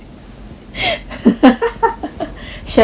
share a